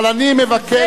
אבל אני מבקש,